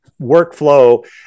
workflow